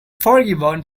forgiven